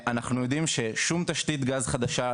אנחנו יודעים ששום תשתית גז חדשה,